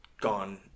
gone